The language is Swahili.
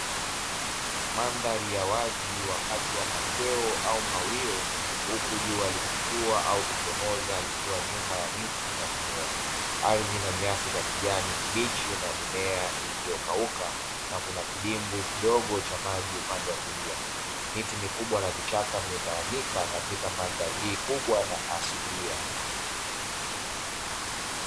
Mandhali ya wazi wakati wa machweo au mawio, huku jua likitua au kuchomoza juu ya miti na mimea, ardhi ya miti ya kijani na mimea iliyokauka, na kuna kidimbwi kidogo cha maji upande wa kulia, miti mikubwa na vichaka vimetawanyika katika mandhali hii kubwa na asilia.